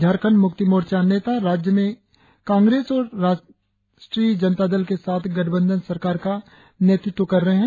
झारखंड मुक्ति मोर्चा नेता राज्य में कांग्रेस और राष्ट्रीय जनता दल के साथ गठबंधन सरकार का नेतृत्व कर रहे हैं